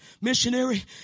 missionary